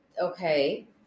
Okay